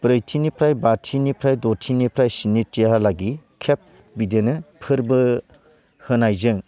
ब्रैथिनिफ्राय बाथिनिफ्राय द'थिनिफ्राय स्निथिहालागि खेब बिदिनो फोरबो होनायजों